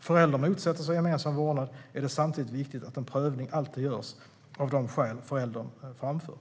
förälder motsätter sig gemensam vårdnad, är det samtidigt viktigt att en prövning alltid görs av de skäl föräldern framför.